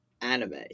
anime